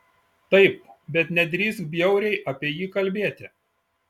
taip bet nedrįsk bjauriai apie jį kalbėti